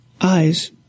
Eyes